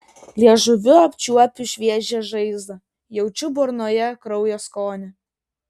liežuviu apčiuopiu šviežią žaizdą jaučiu burnoje kraujo skonį